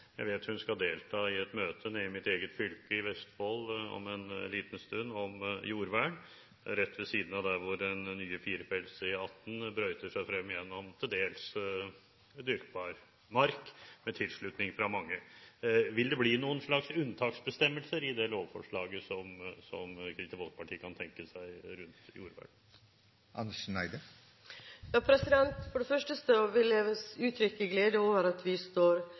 Jeg vet at hun skal delta i et møte om jordvern i mitt eget fylke, Vestfold, om en liten stund, rett ved siden av der hvor den nye firefelts E18 brøyter seg frem gjennom til dels dyrkbar mark – med tilslutning fra mange. Vil det bli noen slags unntaksbestemmelser i det lovforslaget som Kristelig Folkeparti kan tenke seg rundt jordvern? For det første vil jeg uttrykke glede over at vi står